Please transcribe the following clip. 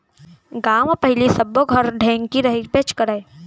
गॉंव म पहिली सब्बो घर ढेंकी रहिबेच करय